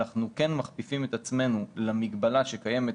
אנחנו כן מכפיפים את עצמנו למגבלה שקיימת